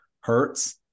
hurts